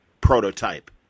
prototype